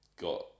got